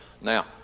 Now